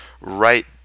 right